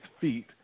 feet